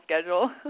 schedule